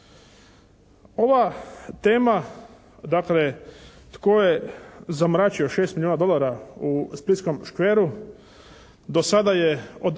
Ova tema dakle tko je zamračio 6 milijona dolara u splitskom škveru do sada je